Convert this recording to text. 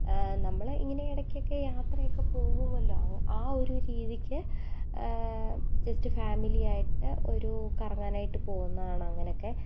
നമ്മൾ ഇങ്ങനെ ഇടയ്ക്കൊക്കെ യാത്രയൊക്കെ പോകുമല്ലോ ആ ഒരു രീതിക്ക് ജസ്റ്റ് ഫാമിലിയായിട്ട് ഒരു കറങ്ങാനായിട്ട് പോകുന്നതാണ് അങ്ങനെയൊക്കെ